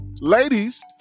ladies